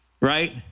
right